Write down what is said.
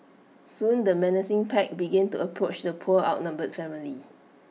soon the menacing pack began to approach the poor outnumbered family